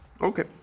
Okay